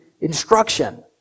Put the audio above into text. instruction